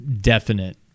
definite